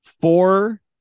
Four